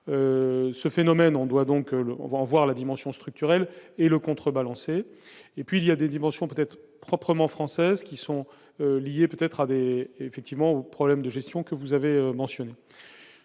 ce phénomène on doit donc le on va voir la dimension structurelle et le contre-et puis il y a des dimensions peut-être proprement française qui sont liés peut-être avait effectivement au problème de gestion que vous avez mentionné